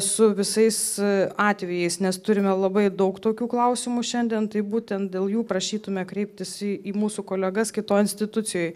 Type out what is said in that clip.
su visais atvejais nes turime labai daug tokių klausimų šiandien tai būtent dėl jų prašytume kreiptis į į mūsų kolegas kitoj institucijoj